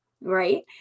right